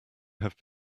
have